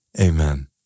amen